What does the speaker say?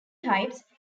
types